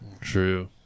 True